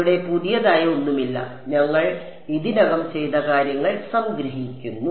ഇവിടെ പുതിയതായി ഒന്നുമില്ല ഞങ്ങൾ ഇതിനകം ചെയ്ത കാര്യങ്ങൾ സംഗ്രഹിക്കുന്നു